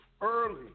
Early